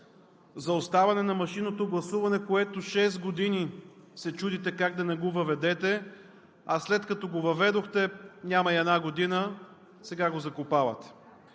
за оставане на машинното гласуване, което шест години се чудите как да не го въведете, а след като го въведохте, няма и една година, сега го закопавате.